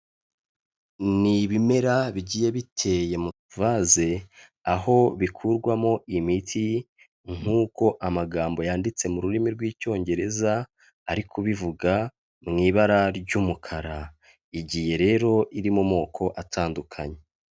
Ni ibimera bigiye biteye mu mavaze, aho bikurwamo imiti nk'uko amagambo yanditse mu rurimi rw'Icyongereza ari kubivuga mu ibara ry'umukara, igiye rero iri mu moko atandukanye.